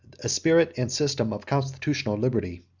a spirit and system of constitutional liberty.